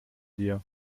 dir